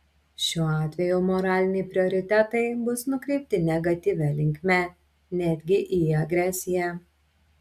šiuo atveju moraliniai prioritetai bus nukreipti negatyvia linkme netgi į agresiją